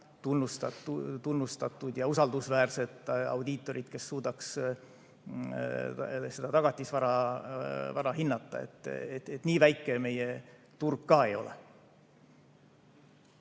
tunnustatud ja usaldusväärset audiitorit, kes suudaks seda tagatisvara hinnata. Nii väike meie turg ka ei ole.